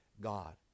God